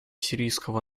сирийского